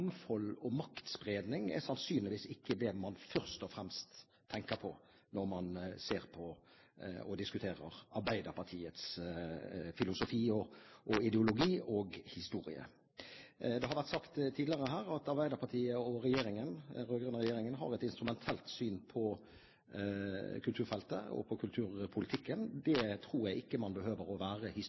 mangfold og maktspredning er sannsynligvis ikke det man først og fremst tenker på når man ser på og diskuterer Arbeiderpartiets filosofi, ideologi og historie. Det har vært sagt tidligere her at Arbeiderpartiet – den rød-grønne regjeringen – har et instrumentelt syn på kulturfeltet og på kulturpolitikken. Det tror jeg ikke man behøver å være